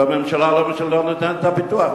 הממשלה לא נותנת את הפיתוח.